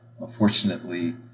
unfortunately